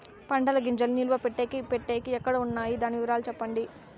పంటల గింజల్ని నిలువ పెట్టేకి పెట్టేకి ఎక్కడ వున్నాయి? దాని వివరాలు సెప్పండి?